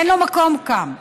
אין לו מקום כאן.